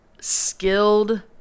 skilled